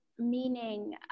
meaning